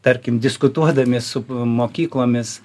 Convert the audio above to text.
tarkim diskutuodami su mokyklomis